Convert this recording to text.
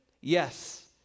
Yes